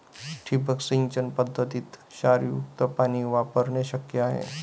ठिबक सिंचन पद्धतीत क्षारयुक्त पाणी वापरणे शक्य आहे